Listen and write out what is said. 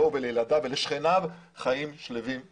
לילדיו ולשכניו חיים שלווים וטובים.